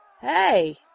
Hey